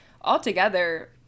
altogether